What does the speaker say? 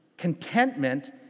Contentment